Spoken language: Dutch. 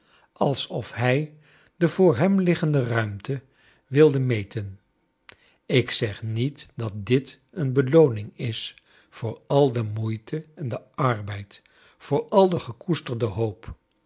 alsof hij de voor hem liggende ruimte wilde meten ik zeg niet dat dit een belooning is voor al de moeite en den arbeid voor al de gekoesterde hoop